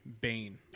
Bane